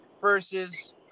versus